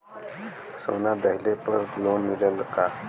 सोना दहिले पर लोन मिलल का?